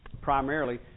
primarily